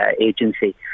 agency